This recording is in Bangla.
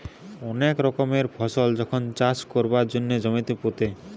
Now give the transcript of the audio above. অনেক রকমের ফসল যখন চাষ কোরবার জন্যে জমিতে পুঁতে